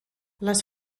les